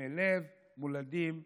מומי לב מולדים ועוד.